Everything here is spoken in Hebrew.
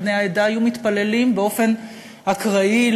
בני העדה היו מתפללים באופן אקראי,